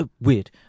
weird